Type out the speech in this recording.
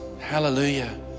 hallelujah